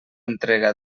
entrega